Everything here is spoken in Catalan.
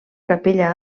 capella